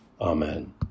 Amen